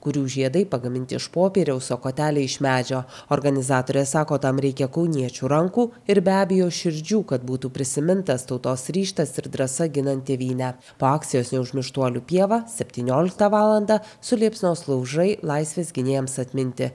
kurių žiedai pagaminti iš popieriaus o koteliai iš medžio organizatorė sako tam reikia kauniečių rankų ir be abejo širdžių kad būtų prisimintas tautos ryžtas ir drąsa ginant tėvynę po akcijos neužmirštuolių pieva septynioliktą valandą suliepsnos laužai laisvės gynėjams atminti